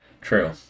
True